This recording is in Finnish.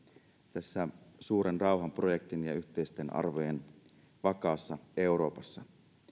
tässä suuren rauhanprojektin ja yhteisten arvojen vakaassa euroopassa